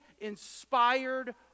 inspired